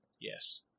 Yes